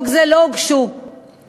להצעת חוק זו לא הוגשו הסתייגויות.